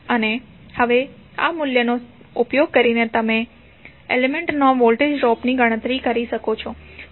અને હવે આ મૂલ્યનો ઉપયોગ કરીને તમે એલિમેન્ટમાં વોલ્ટેજ ડ્રોપની ગણતરી કરી શકો છો